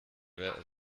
wer